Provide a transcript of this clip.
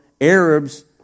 Arabs